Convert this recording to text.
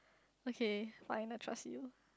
okay final trust you